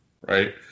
Right